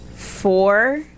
four